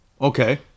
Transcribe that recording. Okay